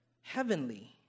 heavenly